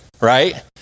right